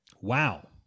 Wow